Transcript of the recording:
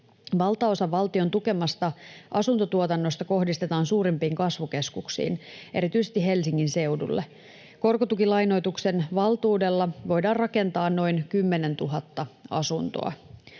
Valtaosa valtion tukemasta asuntotuotannosta kohdistetaan suurimpiin kasvukeskuksiin, erityisesti Helsingin seudulle. Korkotukilainoituksen valtuudella voidaan rakentaa noin 10 000 asuntoa.